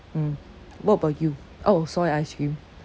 mm what about you oh soy ice cream